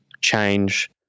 change